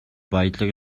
баялаг